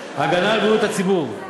הגנה על בריאות הציבור.